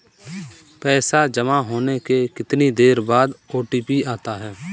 पैसा जमा होने के कितनी देर बाद ओ.टी.पी आता है?